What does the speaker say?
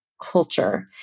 culture